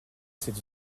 cette